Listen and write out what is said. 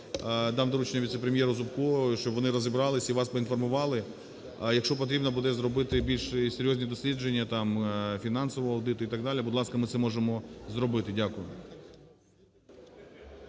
дам доручення віце-прем'єру Зубку, щоб вони розібралися і вас поінформували. А якщо потрібно буде зробити більш серйозні дослідження там, фінансовий аудит і так далі, будь ласка, ми це можемо зробити. Дякую.